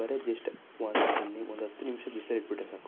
ಬರೀ ಜಸ್ಟ್ ಒಂದು ನಿಮಿ ಒಂದು ಹತ್ತು ನಿಮಿಷ ಬಿಸ್ಲಲ್ಲಿ ಇಟ್ಟುಬಿಟ್ರೆ ಸಾಕು